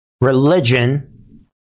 religion